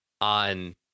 on